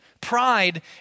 pride